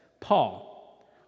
Paul